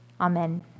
Amen